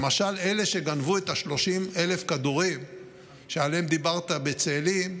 למשל אלה שגנבו את 30,000 הכדורים שעליהם דיברת בצאלים,